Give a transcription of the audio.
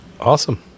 Awesome